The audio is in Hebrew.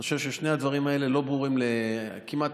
אני חושב ששני הדברים האלה לא ברורים